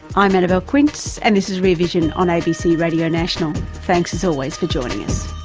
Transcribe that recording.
i'm annabelle quince and this is rear vision on abc radio national. thanks as always for joining us